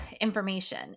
information